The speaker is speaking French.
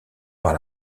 par